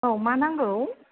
औ मा नांगौ